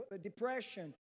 Depression